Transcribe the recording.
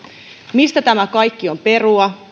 mistä tämä kaikki on perua